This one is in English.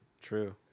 True